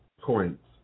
points